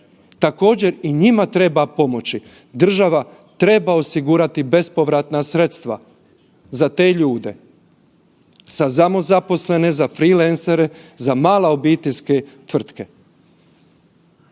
također i njima treba pomoći. Država treba osigurati bespovratna sredstva za te ljude, za samozaposlene, za freeleancere, za male obiteljske tvrtke.